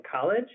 college